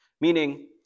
Meaning